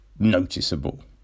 noticeable